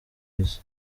isi